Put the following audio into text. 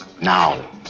now